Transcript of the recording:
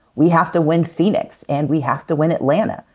we have to win phoenix, and we have to win atlanta.